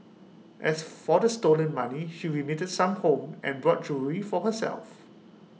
as for the stolen money she remitted some home and bought jewellery for herself